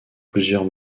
plusieurs